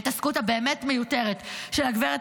למה ההתעסקות הבאמת-מיותרת של הגברת